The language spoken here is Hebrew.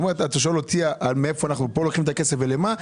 הוא אומר: אם אתה שואל אותי על מאיפה אנחנו לוקחים פה את הכסף ולמה,